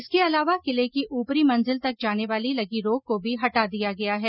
इसके ैअलावा किले की ऊपरी मंजिल तक जाने पर लगी रोक को भी हटा दिया गया है